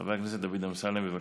חבר הכנסת דוד אמסלם, בבקשה,